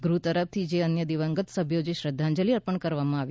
ગૃહ તરફથી જે અન્ય દિવંગત સભ્યો જે શ્રદ્ધાંજલી અર્પણ કરવામાં આવી